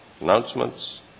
Announcements